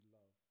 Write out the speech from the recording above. love